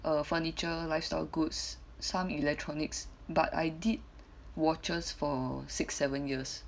err furniture lifestyle goods some electronics but I did watches for six seven years